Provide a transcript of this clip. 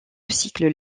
cycles